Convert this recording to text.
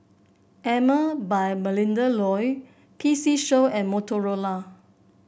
Emel by Melinda Looi P C Show and Motorola